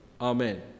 Amen